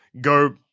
go